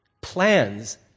plans